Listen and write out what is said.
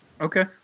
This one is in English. Okay